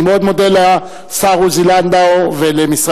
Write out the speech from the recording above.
אני מאוד מודה לשר עוזי לנדאו ולמשרד